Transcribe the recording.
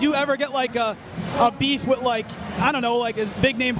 do you ever get like a beef with like i don't know like is big name